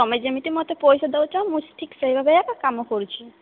ତୁମେ ଯେମିତି ମୋତେ ପଇସା ଦେଉଛ ମୁଁ ଠିକ୍ ସେହି ଭାବେ ଏକା କାମ କରୁଛି